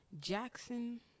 Jackson